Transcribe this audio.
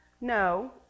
No